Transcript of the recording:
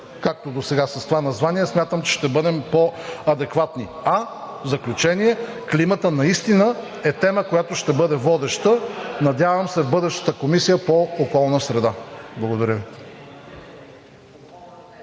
както досега с това название, смятам, че ще бъдем по-адекватни. В заключение, климатът наистина е тема, която ще бъде водеща, надявам се, в бъдещата Комисия по околна среда. Благодаря Ви.